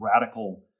radical